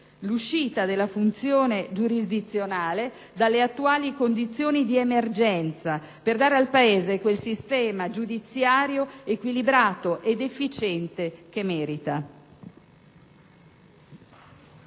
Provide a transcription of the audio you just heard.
l'uscita della funzione giurisdizionale dalle attuali condizioni di emergenza per dare al Paese quel sistema giudiziario equilibrato ed efficiente che merita.